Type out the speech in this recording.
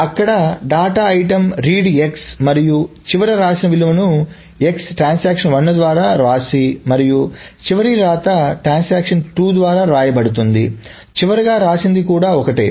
సంఖ్య 2 అక్కడ data item read x మరియు చివర వ్రాసిన విలువలను x ట్రాన్సాక్షన్ 1 ద్వారా వ్రాసి మరియు చివరి వ్రాత ట్రాన్సాక్షన్ 2 ద్వారా వ్రాయబడుతుంది చివరిగా రాసింది కూడా ఒకటే